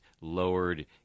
lowered